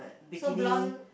bikini